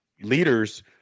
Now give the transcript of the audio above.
leaders